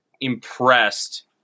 impressed